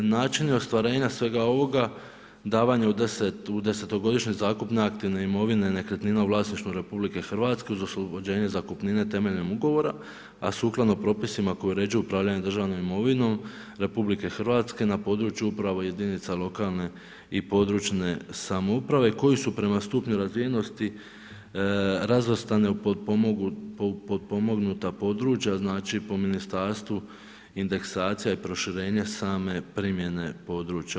Načini ostvarenja svega ovoga, davanje u desetogodišnji zakup neaktivne imovine nekretnina u vlasništvu Republike Hrvatske uz oslobođenje zakupnine temeljem ugovora, a sukladno propisima koji uređuju upravljanje državnom imovinom Republike Hrvatske na području upravo jedinica lokalne i područne samouprave koji su prema stupnju razvijenosti razvrstane u potpomognuta područja, znači po ministarstvu indeksacija i proširenje same primjene područja.